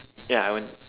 ya I went